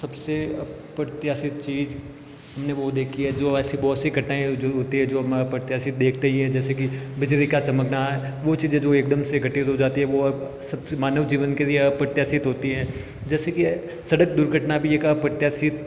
सबसे अप्रत्याशित चीज हमने वो देखी है जो ऐसे बहुत सी घटनाएं हुई जो होती है जो हमारा प्रत्याशी देखते हैं जैसे कि बिजली का चमकना वो चीज़ें जो एकदम से घटित हो आती है वो अब सब मानव जीवन के लिए अप्रत्याशित होती है जैसे कि सड़क दुर्घटना भी एक अप्रत्याशित